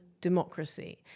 democracy